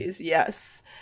yes